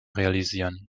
realisieren